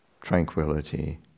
tranquility